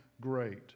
great